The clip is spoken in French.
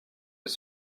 des